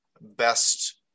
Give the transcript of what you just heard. best